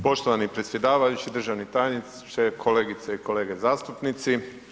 Poštovani predsjedavajući, državni tajniče, kolegice i kolege zastupnici.